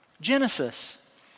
Genesis